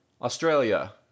Australia